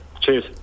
Cheers